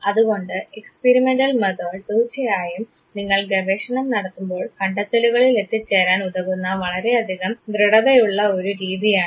അതുകൊണ്ട് experimental method തീർച്ചയായും നിങ്ങൾ ഗവേഷണം നടത്തുമ്പോൾ കണ്ടെത്തലുകളിൽ എത്തിച്ചേരാൻ ഉതകുന്ന വളരെയധികം ദൃഢതയുള്ള ഒരു രീതിയാണ്